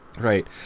Right